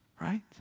right